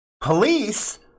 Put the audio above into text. Police